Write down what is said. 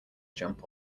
jump